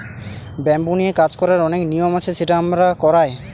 bamboo নিয়ে কাজ করার অনেক নিয়ম আছে সেটা আমরা করায়